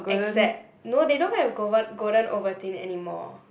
except no they don't have goven~ golden ovaltine anymore